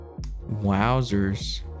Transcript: Wowzers